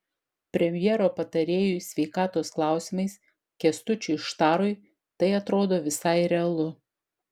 premjero patarėjui sveikatos klausimais kęstučiui štarui tai atrodo visai realu